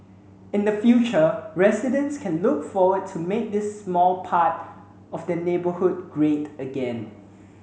in the future residents can look forward to make this small part of their neighbourhood great again